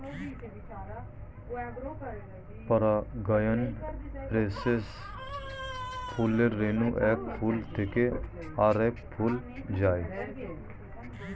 পরাগায়ন প্রসেসে ফুলের রেণু এক ফুল থেকে আরেক ফুলে যায়